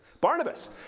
Barnabas